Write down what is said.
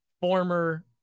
former